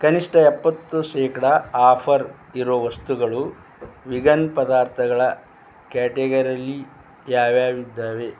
ಕನಿಷ್ಠ ಎಪ್ಪತ್ತು ಶೇಕಡಾ ಆಫರ್ ಇರೋ ವಸ್ತುಗಳು ವೀಗನ್ ಪದಾರ್ಥಗಳ ಕ್ಯಾಟೆಗರೀಲ್ಲಿ ಯಾವ್ಯಾವು ಇದ್ದಾವೆ